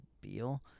Beal